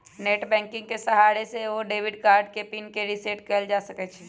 net banking के सहारे से सेहो डेबिट कार्ड के पिन के रिसेट कएल जा सकै छइ